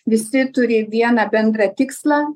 visi turi vieną bendrą tikslą